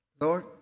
Lord